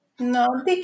No